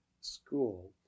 school